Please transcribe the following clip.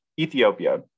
Ethiopia